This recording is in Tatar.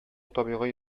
табигый